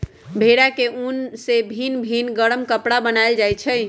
भेड़ा के उन से भिन भिन् गरम कपरा बनाएल जाइ छै